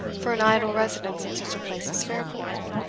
for an idle residence in such a place as fairport?